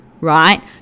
right